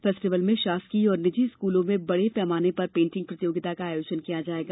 festival में शासकीय और निजी स्कूलों में बड़े पैमाने पर पेंटिंग प्रतियोगिता का आयोजन किया जाएगा